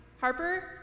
harper